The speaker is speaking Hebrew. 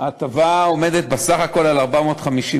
אורחנו